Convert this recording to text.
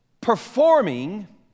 performing